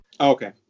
Okay